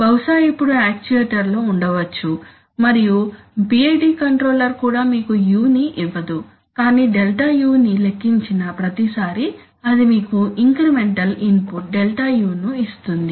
బహుశా ఇప్పుడు యక్చుయేటర్లో ఉండవచ్చు మరియు PID కంట్రోలర్ కూడా మీకు U ని ఇవ్వదు కానీ ΔU ని లెక్కించిన ప్రతిసారీ అది మీకు ఇంక్రిమెంటల్ ఇన్పుట్ ΔU ని ఇస్తుంది